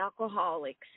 alcoholics